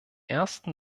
ersten